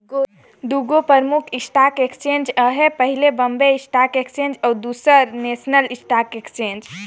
दुगोट परमुख stock exchange अहे पहिल बॉम्बे स्टाक एक्सचेंज अउ दूसर नेसनल स्टॉक एक्सचेंज